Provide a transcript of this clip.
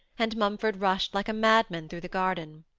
and mumford rushed like a madman through the garden.